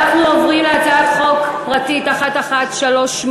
אנחנו עוברים להצעת חוק פרטית מס' 1138,